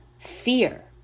Fear